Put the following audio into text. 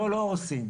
אותו לא הורסים.